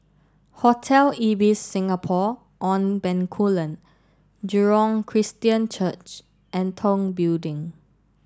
Hotel Ibis Singapore on Bencoolen Jurong Christian Church and Tong Building